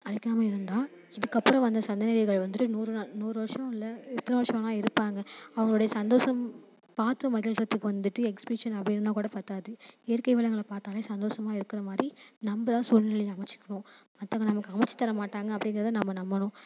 அழிக்காம இருந்தால் இதுக்கப்புறம் வந்த சந்ததியினர்கள் வந்துட்டு நூறு நாள் நூறு வருடம் இல்லை எத்தனை வருடம் வேணால் இருப்பாங்க அவங்களுடைய சந்தோஷம் பார்த்து மகிழ்றதுக்கு வந்துட்டு எக்சிபிஷன் அப்படி இருந்தால் கூட பற்றாது இயற்கை வளங்களைப் பார்த்தாலே சந்தோஷமாக இருக்கிற மாதிரி நம்ம தான் சூழ்நிலையை அமைச்சிக்கணும் மற்றவங்க நமக்கு அமைச்சுத் தர மாட்டாங்க அப்படிங்கிறத நாம் நம்பணும்